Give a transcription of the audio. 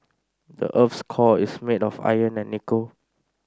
the earth's core is made of iron and nickel